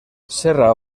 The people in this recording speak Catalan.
serra